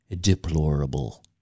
Deplorable